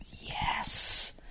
yes